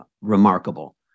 remarkable